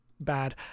bad